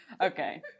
Okay